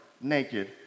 naked